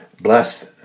bless